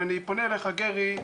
אני פונה אליך גרי,